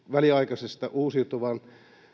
väliaikaisesta uusiutuvan